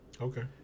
Okay